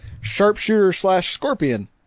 sharpshooter-slash-scorpion